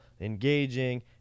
engaging